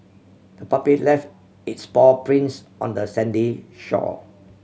the puppy left its paw prints on the sandy shore